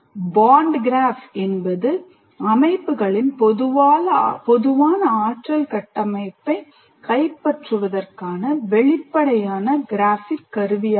Bond graph என்பது அமைப்புகளின் பொதுவான ஆற்றல் கட்டமைப்பைக் கைப்பற்றுவதற்கான வெளிப்படையான கிராஃபிக் கருவியாகும்